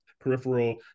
peripheral